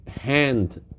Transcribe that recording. hand